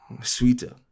sweeter